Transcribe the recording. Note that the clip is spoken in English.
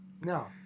No